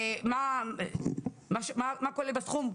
מה כולל הסכום?